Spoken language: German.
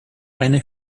eine